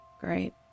Great